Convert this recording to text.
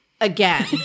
again